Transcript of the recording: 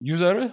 User